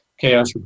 chaos